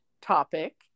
topic